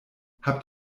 habt